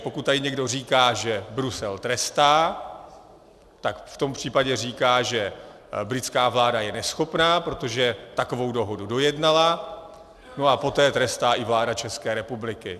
Pokud tady někdo říká, že Brusel trestá, v tom případě říká, že britská vláda je neschopná, protože takovou dohodu dojednala, a poté trestá i vláda České republiky.